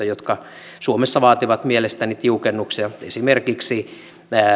jotka suomessa vaativat mielestäni tiukennuksia esimerkiksi